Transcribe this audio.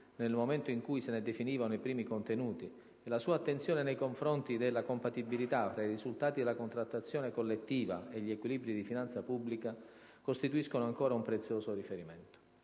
nel momento in cui se ne definivano i primi contenuti, e la sua attenzione nei confronti della compatibilità fra i risultati della contrattazione collettiva e gli equilibri di finanza pubblica costituiscono ancora un prezioso riferimento.